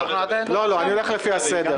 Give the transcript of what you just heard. לא, אני הולך לפי הסדר.